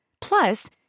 Plus